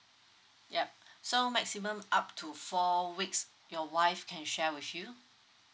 yup so maximum up to four weeks your wife can share with you